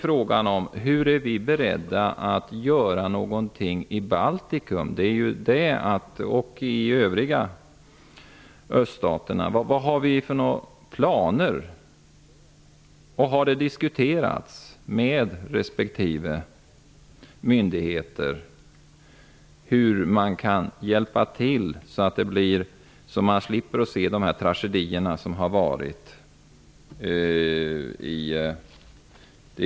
Frågan är här vad vi är beredda att göra i Baltikum och i de övriga öststaterna. Har det diskuterats med respektive myndigheter hur man kan hjälpa till att undvika sådana tragedier som har förekommit, och finns det några planer för detta?